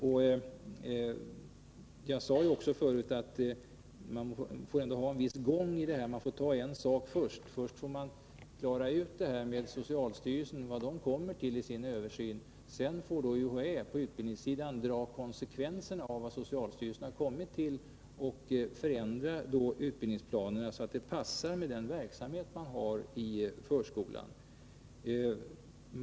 Man får, som jag också sade tidigare, följa en viss ordning och först avvakta vad socialstyrelsen kommer fram till i sin översyn. Sedan får UHÄ på utbildningssidan dra konsekvenserna av vad socialstyrelsen redovisar och förändra utbildningsplanerna, så att de anpassas till den verksamhet som bedrivs inom förskolan.